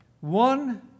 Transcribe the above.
one